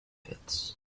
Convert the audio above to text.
pits